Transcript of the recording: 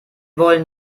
wollen